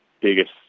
Biggest